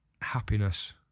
Happiness